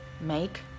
make